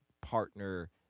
partner